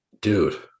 dude